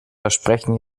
versprechen